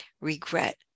regret